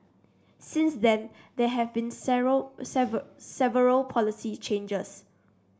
since then there had been several policy changes